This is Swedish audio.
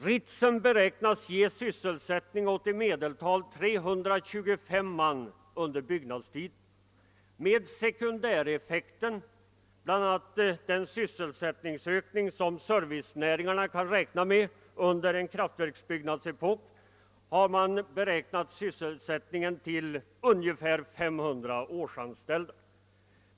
Ritsem beräknas ge sysselsättning åt i medeltal 325 man under byggnadstiden. Med sekundäreffekten — bl.a. den sysselsättningsökning som servicenäringarna kan räkna med under en kraftverksbyggnadsepok — har man beräknat sysselsättningen till ungefär 500 årsanställda.